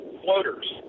floaters